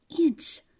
inch